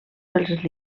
pels